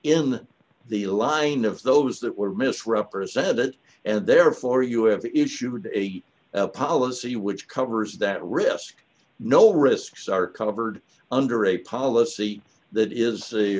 in the line of those that were misrepresented and therefore you have the issue of a policy which covers that risk no risks are covered under a policy that is the